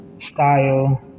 style